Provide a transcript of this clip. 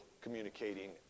communicating